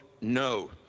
no